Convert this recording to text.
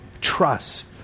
Trust